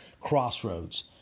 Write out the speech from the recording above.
Crossroads